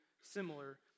similar